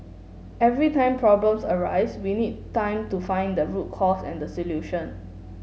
every time problems arise we need time to find the root cause and the solution